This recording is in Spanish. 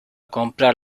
comprar